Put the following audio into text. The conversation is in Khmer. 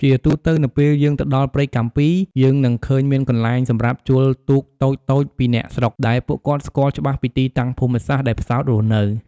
ជាទូទៅនៅពេលយើងទៅដល់ព្រែកកាំពី យើងនឹងឃើញមានកន្លែងសម្រាប់ជួលទូកតូចៗពីអ្នកស្រុកដែលពួកគាត់ស្គាល់ច្បាស់ពីទីតាំងភូមិសាស្រ្តដែលផ្សោតរស់នៅ ។